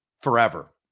forever